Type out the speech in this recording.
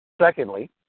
Secondly